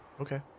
Okay